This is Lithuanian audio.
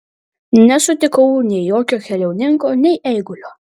nesutikau nei jokio keliauninko nei eigulio